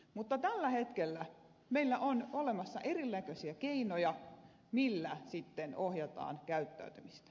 mutta tällä hetkellä meillä on olemassa erinäköisiä keinoja joilla sitten ohjataan käyttäytymistä